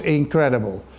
incredible